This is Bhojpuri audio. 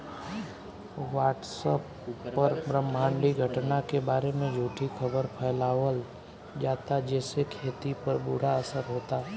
व्हाट्सएप पर ब्रह्माण्डीय घटना के बारे में झूठी खबर फैलावल जाता जेसे खेती पर बुरा असर होता